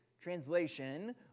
translation